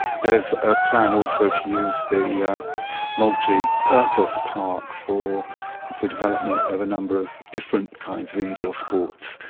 there's a plan also to use the multipurpose park for the development of a number of different kinds of indoor sports,